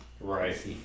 right